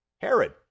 Herod